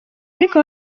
ariko